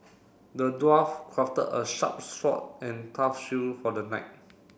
the dwarf crafted a sharp sword and tough shield for the knight